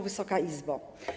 Wysoka Izbo!